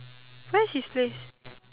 where's his place